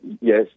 Yes